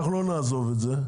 אנחנו לא נעזוב את זה,